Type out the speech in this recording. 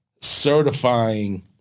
certifying